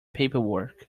paperwork